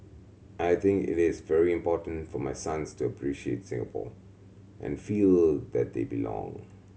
I think it is very important for my sons to appreciate Singapore and feel that they belong